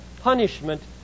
punishment